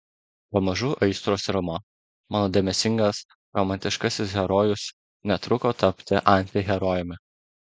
pamažu aistros rimo mano dėmesingas romantiškasis herojus netruko tapti antiherojumi